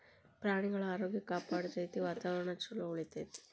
ಪ್ರಾಣಿಗಳ ಆರೋಗ್ಯ ಕಾಪಾಡತತಿ, ವಾತಾವರಣಾ ಚುಲೊ ಉಳಿತೆತಿ